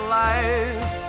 life